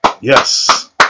Yes